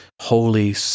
holy